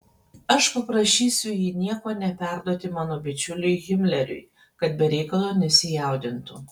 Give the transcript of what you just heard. aš paprašysiu jį nieko neperduoti mano bičiuliui himleriui kad be reikalo nesijaudintų